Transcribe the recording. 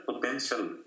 potential